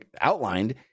outlined